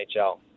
NHL